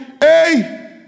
hey